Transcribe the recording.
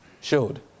showed